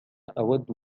أود